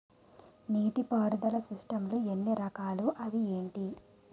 నీటిపారుదల సిస్టమ్ లు ఎన్ని రకాలు? అవి ఏంటి?